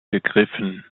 gegriffen